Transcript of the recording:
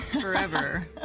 forever